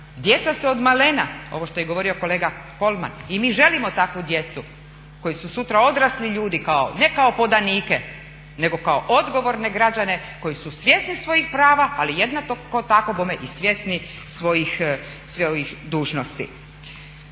Djeca se od malena, ovo što je govorio KOlman i mi želimo takvu djecu koji su sutra odrasli ljudi ne kao podanike nego kao odgovorne građane koji su svjesni svojih prava, ali jednako tako bome i svjesni svojih dužnosti.